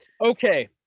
Okay